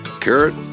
carrot